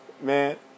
man